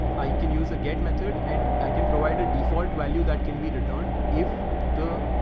i can use a get muttered and i can provide a default value that can be returned if the,